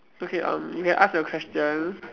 okay um you can ask your question